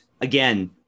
Again –